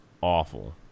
awful